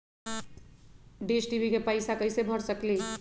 Dish TV के पैईसा कईसे भर सकली?